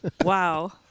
Wow